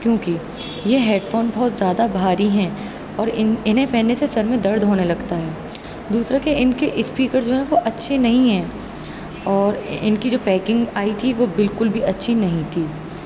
کیوں کہ یہ ہیڈ فون بہت زیادہ بھاری ہیں اور ان انہیں پہننے سے سر میں درد ہونے لگتا ہے دوسرے کہ ان کے اسپیکر جو ہیں وہ اچھے نہیں ہیں اور ان کی جو پیکنگ آئی تھی وہ بالکل بھی اچھی نہیں تھی